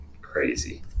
crazy